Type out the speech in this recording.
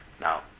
Now